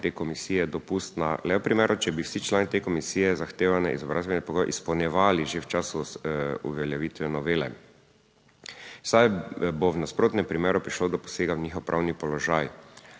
komisije dopustna le v primeru, če bi vsi člani te komisije zahtevane izobrazbene pogoje izpolnjevali že v času uveljavitve novele, saj bo v nasprotnem primeru prišlo do posega v njihov pravni položaj,